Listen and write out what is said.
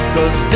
Cause